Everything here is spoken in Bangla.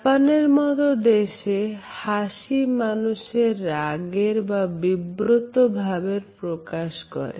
জাপানের মতো দেশে হাসি মানুষের রাগের বা বিব্রত ভাবের প্রকাশ করে